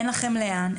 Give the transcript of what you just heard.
אין לכם לאן,